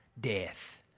death